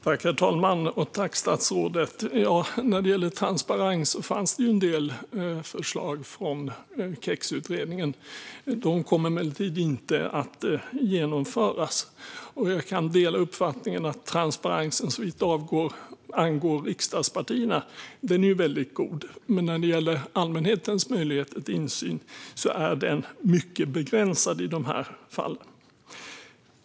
Herr talman! När det gäller transparens fanns det ju en del förslag från KEX-utredningen. De kommer emellertid inte att genomföras. Jag kan dela uppfattningen att transparensen såvitt angår riksdagspartierna är väldigt god, men när det gäller allmänhetens möjligheter till insyn är den mycket begränsad i de här fallen.